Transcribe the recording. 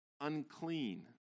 unclean